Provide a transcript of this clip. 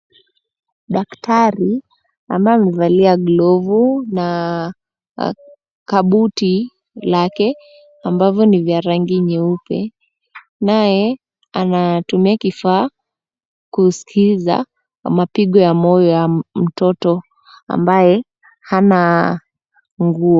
Daktari ambaye amevalia glovu na kabuti lake ambavyo ni vya rangi nyeupe naye anatumia kifaa kusikiza mapigo ya moyo ya mtoto ambaye hana nguo.